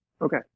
Okay